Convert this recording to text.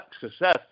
success